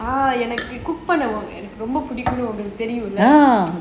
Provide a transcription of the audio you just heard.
எனக்கு பண்ண ரொம்ப பிடிக்கும்:enakku panna romba pidikum